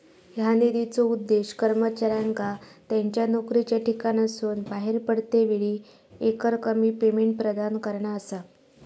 ह्या निधीचो उद्देश कर्मचाऱ्यांका त्यांच्या नोकरीच्या ठिकाणासून बाहेर पडतेवेळी एकरकमी पेमेंट प्रदान करणा असा